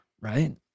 Right